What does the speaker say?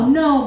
no